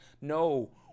No